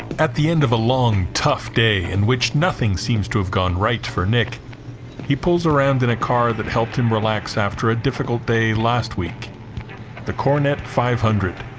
at the end of a long tough day in which nothing seems to have gone right for nick he pulls around in a car that helped him relax after a difficult day last week the coronet five hundred